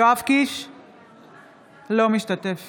אינו משתתף